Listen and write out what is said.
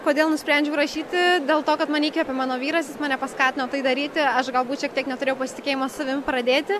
kodėl nusprendžiau rašyti dėl to kad mane įkvėpė apie mano vyras mane paskatino tai daryti aš galbūt šiek tiek neturėjau pasitikėjimo savim pradėti